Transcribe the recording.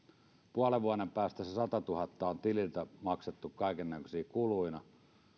puolen vuoden päästä se satatuhatta on tililtä maksettu kaikennäköisinä kuluina